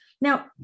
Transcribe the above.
now